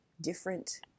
different